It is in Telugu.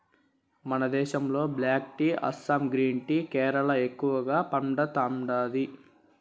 మన దేశంలో black tea Assam green tea Kerala ఎక్కువగా పండతాండాది